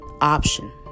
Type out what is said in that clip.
option